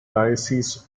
diocese